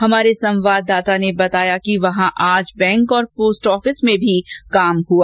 हमारे संवाददाता ने बताया कि वहां आज बैंक और पोस्टऑफिस में भी काम हुआ